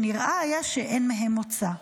שנראה היה שאין מהם מוצא.